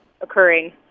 occurring